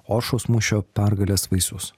oršos mūšio pergalės vaisius